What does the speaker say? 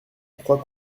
croix